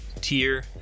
tier